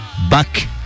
Back